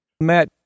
Matt